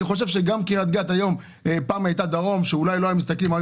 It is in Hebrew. גם קריית גת היום היא מרכז,